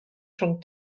rhwng